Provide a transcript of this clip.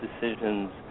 decisions